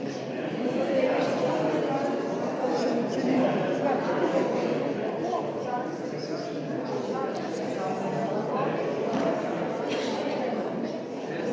Hvala.